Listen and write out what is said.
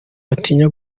atinya